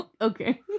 Okay